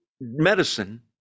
medicine